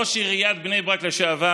ראש עיריית בני ברק לשעבר